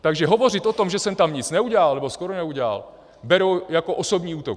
Takže hovořit o tom, že jsem tam nic neudělal nebo skoro neudělal, beru jako osobní útok.